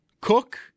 Cook